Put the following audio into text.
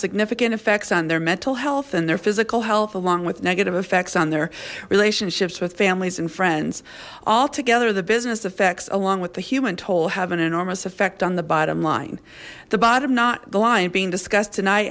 significant effects on their mental health and their physical health along with negative effects on their relationships with families and friends all together the business affects along with the human toll have an enormous effect on the bottom line the bottom not the line being discussed tonight